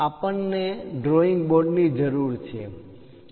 આપણ ને ડ્રોઇંગ બોર્ડની જરૂર છે